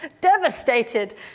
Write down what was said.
devastated